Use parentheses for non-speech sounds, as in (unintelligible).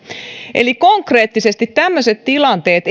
eli konkreettisesti tämmöiset tilanteet (unintelligible)